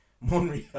Monreal